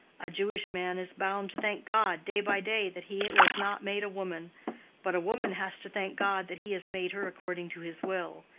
a jewish man is bound to thank god, day by day, that he was not made a woman but a woman has to thank god that he has made her according to his will.